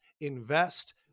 invest